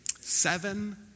Seven